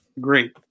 Great